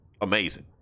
amazing